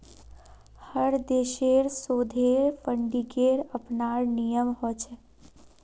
हर देशेर शोधेर फंडिंगेर अपनार नियम ह छे